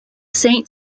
saint